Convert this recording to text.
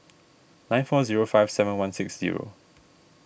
nine four zero five seven one six zero